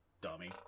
Dummy